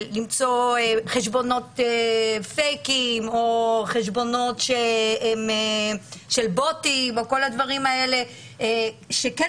ולמצוא חשבונות "פייקים" או חשבונות שלא בוטים או כל הדברים האלה שכן